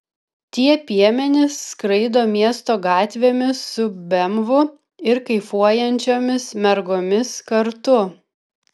tie piemenys skraido miesto gatvėmis su bemvu ir kaifuojančiomis mergomis kartu